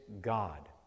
God